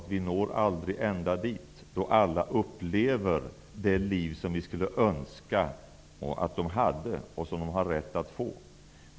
Vi når aldrig ända dit, då alla upplever det liv som de skulle önska att de hade och som de har rätt att få.